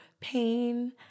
pain